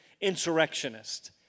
insurrectionist